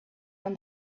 own